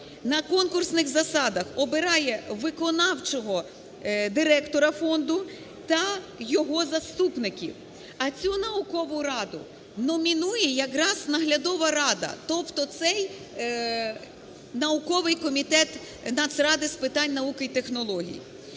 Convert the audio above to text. на конкурсних засадах обирає виконавчого директора фонду та його заступників. А цю наукову раду номінує якраз наглядова рада. Тобто цей… науковий комітет Нацради з питань науки і технологій.